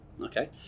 Okay